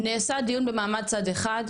נעשה דיון במעמד צד אחד,